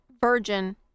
virgin